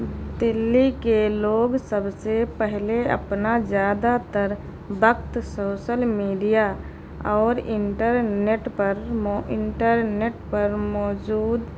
دلی کے لوگ سب سے پہلے اپنا زیادہ تر وقت سوشل میڈیا اور انٹرنیٹ پر انٹرنیٹ پر موجود